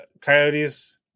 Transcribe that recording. coyotes